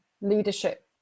leadership